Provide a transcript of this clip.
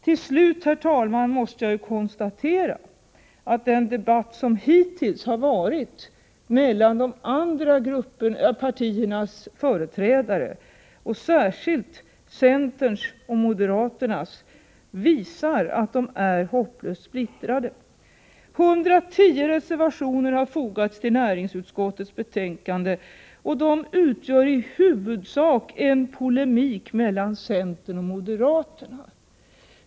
Till slut, herr talman, måste jag konstatera att den debatt som hittills har förekommit mellan de andra partiernas företrädare, särskilt mellan centerns och moderaternas representanter, visar att de är hopplöst splittrade. 110 reservationer har fogats till näringsutskottets betänkande 30 och de utgör i huvudsak en polemik mellan centern och moderaterna.